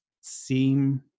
seem